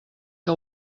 que